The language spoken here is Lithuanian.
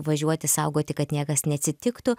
važiuoti saugoti kad niekas neatsitiktų